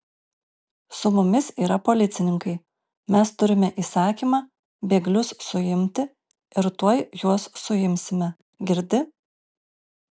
su mumis yra policininkai mes turime įsakymą bėglius suimti ir tuoj juos suimsime girdi